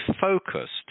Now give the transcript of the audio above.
focused